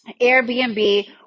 Airbnb